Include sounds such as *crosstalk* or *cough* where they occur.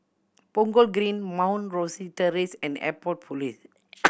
Punggol Green Mount Rosie Terrace and Airport Police *noise*